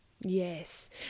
Yes